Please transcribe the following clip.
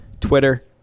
Twitter